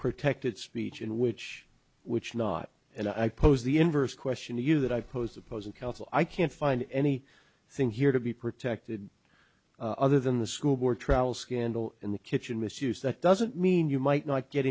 protected speech in which which not and i pose the inverse question to you that i pose opposing counsel i can't find any thing here to be protected other than the school board trial scandal and the kitchen misuse that doesn't mean you might not get